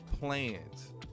plans